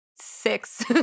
six